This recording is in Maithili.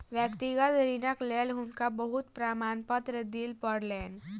व्यक्तिगत ऋणक लेल हुनका बहुत प्रमाणपत्र दिअ पड़लैन